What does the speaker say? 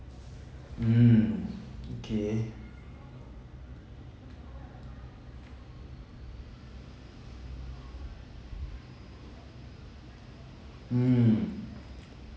mm okay mm